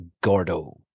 Gordo